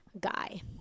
guy